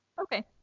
Okay